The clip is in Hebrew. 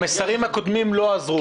המסרים הקודמים לא עזרו.